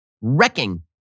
wrecking